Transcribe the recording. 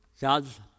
God's